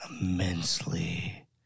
immensely